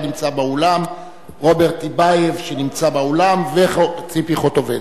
רוברט טיבייב וציפי חוטובלי,